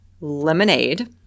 lemonade